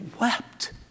wept